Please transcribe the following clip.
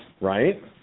right